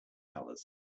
colors